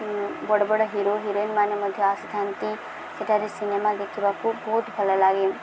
ବଡ଼ ବଡ଼ ହିରୋ ହିରୋଇନ୍ମାନେ ମଧ୍ୟ ଆସିଥାନ୍ତି ସେଠାରେ ସିନେମା ଦେଖିବାକୁ ବହୁତ ଭଲ ଲାଗେ